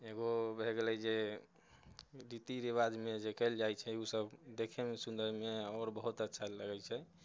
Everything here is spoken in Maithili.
एगो भए गेलै जे रीति रिवाजमे जे कयल जाइत छै ओ सभ देखैमे सुंदरमे आओर बहुत जादा अच्छा लागैत छै